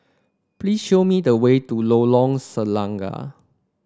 please show me the way to Lorong Selangat